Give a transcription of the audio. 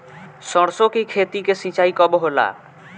सरसों की खेती के सिंचाई कब होला?